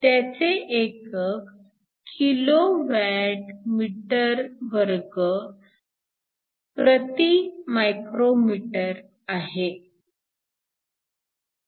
त्याचे एकक kWm2 micrometer आहे